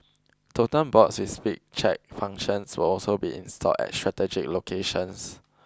totem boards with speed check functions will also be installed at strategic locations